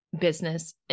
business